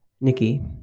Nikki